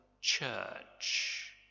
church